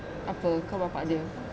apa kau bapak dia